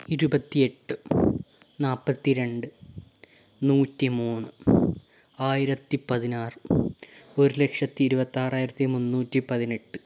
ഇരുപത്തിയെട്ട് നാല്പത്തി രണ്ട് നൂറ്റി മൂന്ന് ആയിരത്തി പതിനാറ് ഒരു ലക്ഷത്തി ഇരുപത്താറായിരത്തി മുന്നൂറ്റിപ്പതിനെട്ട്